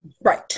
Right